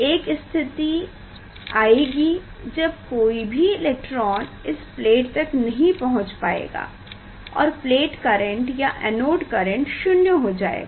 एक स्थिति आएगे जब कोई भी इलेक्ट्रॉन इस प्लेट तक नहीं पहुँच पायेंगे और प्लेट करेंट या एनोड करेंट शून्य हो जाएगा